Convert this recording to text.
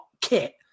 kit